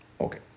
Okay